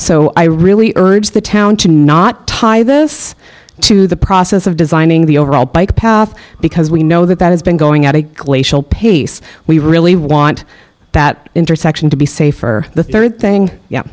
so i really urge the town to not tie this to the process of designing the overall bike path because we know that that has been going at a glacial pace we really want that intersection to be safe for the third thing yeah